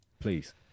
please